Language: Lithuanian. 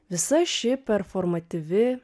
visa ši performatyvi